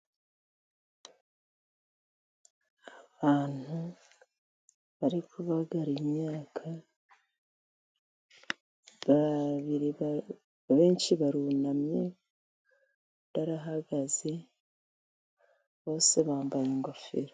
Abantu barikubagara imyaka abenshi barunamye barahagaze bose bambaye ingofero.